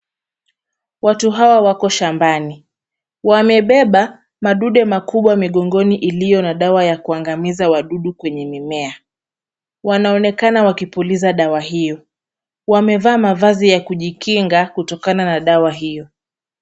Watu hawa wako shambani. Wamebeba madude makubwa migongoni iliyo na dawa ya kuangamiza wadudu kwenye mimea. Wanaonekana wakipuliza dawa hiyo. Wamevaa mavazi ya kujikinga kutokana na dawa hiyo.